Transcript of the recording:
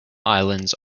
islands